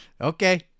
Okay